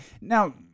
Now